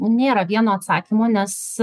nėra vieno atsakymo nes